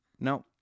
no